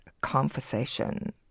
conversation